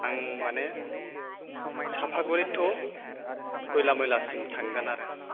आं माने चापागुरि थु खयलामयलासिम थांगोन आरो